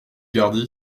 gardé